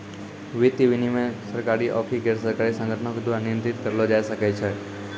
वित्तीय विनियमन सरकारी आकि गैरसरकारी संगठनो के द्वारा नियंत्रित करलो जाय सकै छै